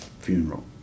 funeral